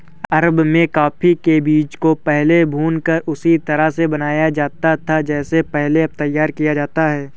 अरब में कॉफी के बीजों को पहले भूनकर उसी तरह से बनाया जाता था जैसे अब तैयार किया जाता है